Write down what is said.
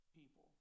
people